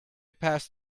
pass